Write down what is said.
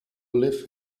live